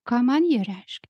ką man jie reiškia